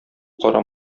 кара